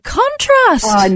contrast